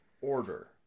order